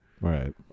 Right